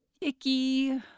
icky